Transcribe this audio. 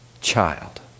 child